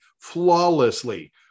flawlessly